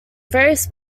various